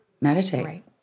meditate